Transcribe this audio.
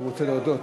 הוא רוצה להודות.